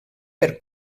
per